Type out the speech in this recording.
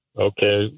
Okay